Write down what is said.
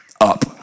up